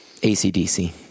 ACDC